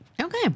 Okay